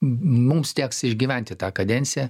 mums teks išgyventi tą kadenciją